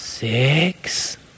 six